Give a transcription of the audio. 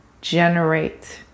generate